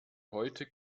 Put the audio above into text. heute